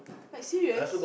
like serious